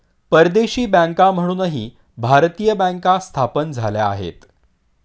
परदेशी बँका म्हणूनही भारतीय बँका स्थापन झाल्या आहेत